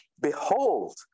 behold